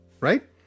Right